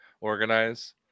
organize